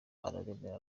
aremera